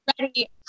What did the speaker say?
ready